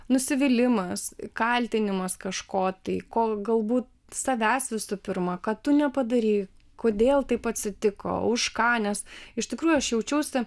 nusivylimas kaltinimas kažko tai kol galbūt savęs visų pirma kad tu nepadarei kodėl taip atsitiko už ką nes iš tikrųjų aš jaučiausi